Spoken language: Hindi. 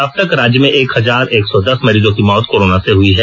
अबतक राज्य में एक हजार एक सौ दस मरीजों की मौत कोरोना से हई है